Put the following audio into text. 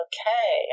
Okay